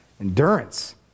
Endurance